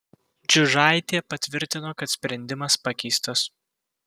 džiužaitė patvirtino kad sprendimas pakeistas